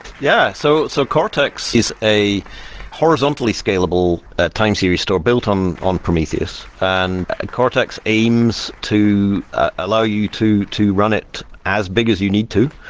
yeah. so so cortex is a horizontally scalable time series store built on on prometheus, and cortex aims to allow you to to run it as big as you need to.